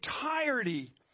entirety